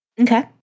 Okay